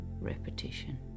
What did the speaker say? repetition